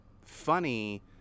funny